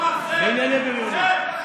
אינו נוכח דוד ביטן,